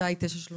השעה היא 9:37,